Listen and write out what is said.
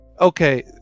okay